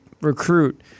recruit